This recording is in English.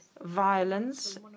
violence